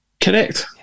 Correct